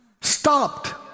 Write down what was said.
stopped